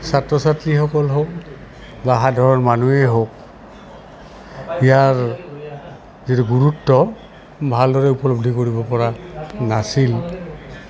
ছাত্ৰ ছাত্ৰীসকল হওক বা সাধাৰণ মানুহেই হওক ইয়াৰ যিটো গুৰুত্ব ভালদৰে উপলব্ধি কৰিব পৰা নাছিল